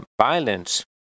violence